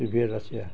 soviet Russia